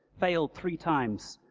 failed three times.